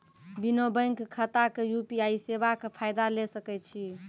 बिना बैंक खाताक यु.पी.आई सेवाक फायदा ले सकै छी?